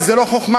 וזה לא חוכמה,